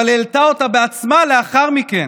אבל העלתה אותה בעצמה לאחר מכן,